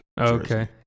Okay